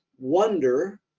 wonder